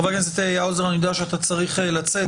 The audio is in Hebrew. חבר הכנסת האוזר, אני יודע שאתה צריך לצאת.